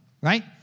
Right